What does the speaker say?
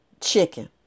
chicken